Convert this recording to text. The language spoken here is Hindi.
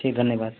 ठीक है धन्यवाद